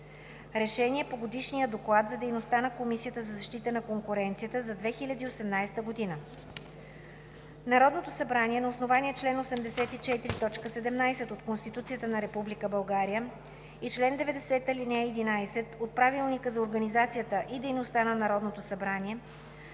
РЕШЕНИЕ: по Годишния доклад за дейността на Комисията за защита на конкуренцията за 2018 г. Народното събрание на основание чл. 84, т. 17 от Конституцията на Република България и чл. 90, ал. 11 от Правилника за организацията и дейността на Народното събрание